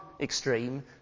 extreme